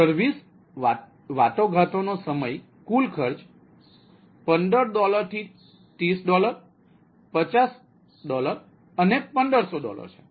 service વાટાઘાટો નો સમય કુલ ખર્ચ 15 થી 30 50 1500 છે